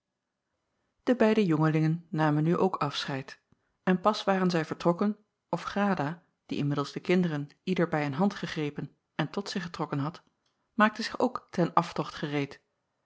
de beide jongelingen namen nu ook afscheid en pas waren zij vertrokken of grada die inmiddels de kinderen ieder bij een hand gegrepen en tot zich getrokken had maakte zich ook ten aftocht gereed